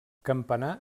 campanar